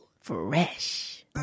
Fresh